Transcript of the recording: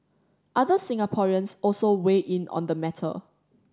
other Singaporeans also weigh in on the matter